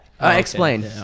Explain